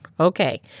Okay